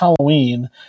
Halloween